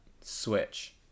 switch